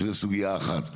שזו סוגיה אחת.